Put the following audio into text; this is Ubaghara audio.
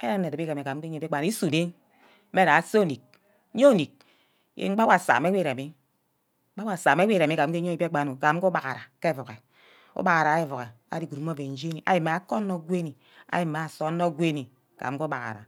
ire edubo igeme ke mbiakpan isume mme ja aso onick, yo ornick, yen gba owa asa, mme we wor awa asa mmi remi ke eyoi biakpan gam ke ubeghara ke avuru, ubaghara ke avuru ari good mme oven jeni arigood ime akaka onor gwoni ari ime asa onor gwonu mme ubaghara.